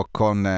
con